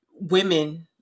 women